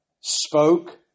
spoke